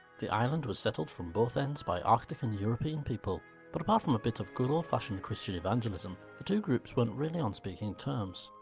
the island was settled from both ends by arctic and european people but, apart from a bit of good old fashioned christian evangelism, the two groups weren't really on speaking terms.